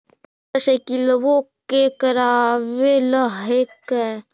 मोटरसाइकिलवो के करावे ल हेकै?